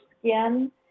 skin